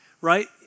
right